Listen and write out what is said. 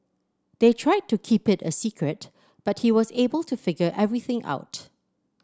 they tried to keep it a secret but he was able to figure everything out